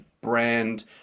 brand